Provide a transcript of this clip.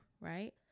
right